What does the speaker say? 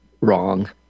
wrong